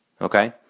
Okay